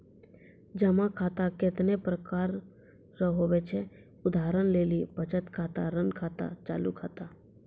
जमा खाता कतैने प्रकार रो हुवै छै उदाहरण लेली बचत खाता ऋण खाता चालू खाता